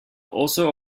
also